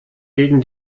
gegen